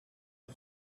the